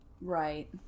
Right